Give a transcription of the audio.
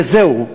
וזהו,